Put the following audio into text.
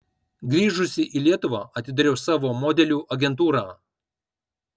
grįžusi į lietuvą atidariau savo modelių agentūrą